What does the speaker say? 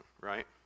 right